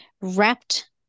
Wrapped